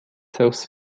south